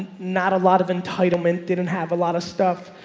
not a lot of entitlement, didn't have a lot of stuff.